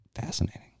Fascinating